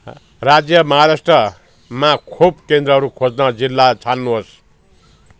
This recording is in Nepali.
राज्य महाराष्ट्रमा खोप केन्द्रहरू खोज्न जिल्ला छान्नु होस्